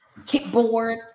kickboard